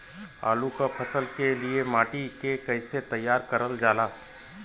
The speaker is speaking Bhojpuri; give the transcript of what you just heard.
आलू क फसल के लिए माटी के कैसे तैयार करल जाला?